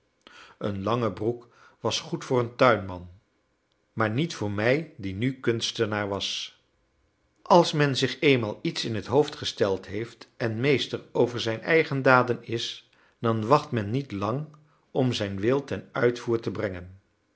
een lange broek was goed voor een tuinman maar niet voor mij die nu kunstenaar was als men zich eenmaal iets in het hoofd gesteld heeft en meester over zijn eigen daden is dan wacht men niet lang om zijn wil ten uitvoer te brengen